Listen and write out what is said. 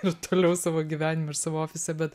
ir toliau savo gyvenime ir savo ofise bet